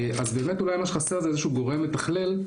אז באמת אולי מה שחסר זה איזשהו גורם מתכלל,